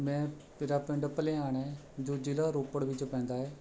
ਮੈਂ ਮੇਰਾ ਪਿੰਡ ਭਲਿਆਣ ਹੈ ਜੋ ਜ਼ਿਲ੍ਹਾ ਰੋਪੜ ਵਿੱਚ ਪੈਂਦਾ ਹੈ